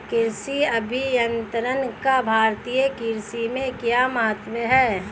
कृषि अभियंत्रण का भारतीय कृषि में क्या महत्व है?